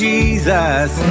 Jesus